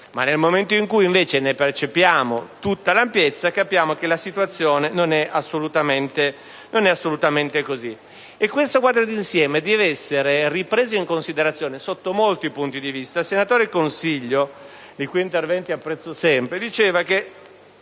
ma nel momento in cui invece ne percepiamo tutta l'ampiezza, capiamo che la situazione non è assolutamente questa. Il quadro d'insieme deve essere preso in considerazione sotto molti punti di vista. Il senatore Consiglio, di cui apprezzo sempre gli